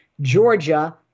Georgia